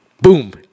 Boom